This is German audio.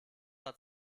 hat